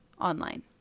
online